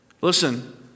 Listen